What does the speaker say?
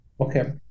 okay